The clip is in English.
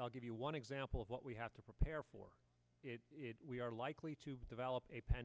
i'll give you one example of what we have to prepare for it we are likely to develop a p